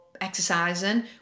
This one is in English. exercising